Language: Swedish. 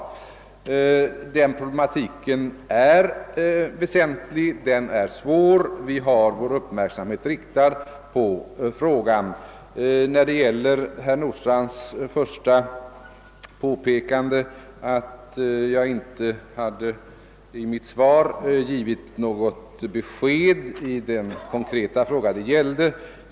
Den problematiken är väsentlig, den är svår, och vi har vår uppmärksamhet riktad på frågan. Herr Nordstrandh sade i början av sitt anförande, att jag i mitt svar inte givit något besked i den konkreta fråga det gällde.